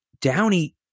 Downey